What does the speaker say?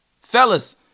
Fellas